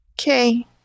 Okay